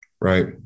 right